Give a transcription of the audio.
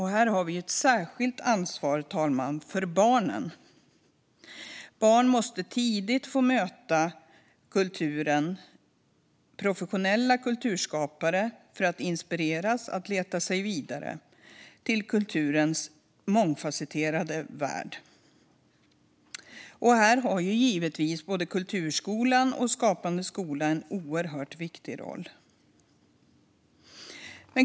Här har vi ett särskilt ansvar för barnen, fru talman. Barn måste tidigt få möta kulturen och professionella kulturskapare för att inspireras att leta sig vidare i kulturens mångfasetterade värld. Här har givetvis kulturskolan och Skapande skola en oerhört viktig roll.